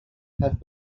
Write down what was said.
have